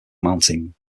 mountains